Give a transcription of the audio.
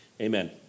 Amen